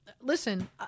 Listen